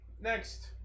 next